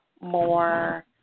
more